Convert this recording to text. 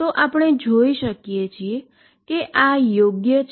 તો આપણે જોઈ શકીએ છીએ કે આ યોગ્ય છે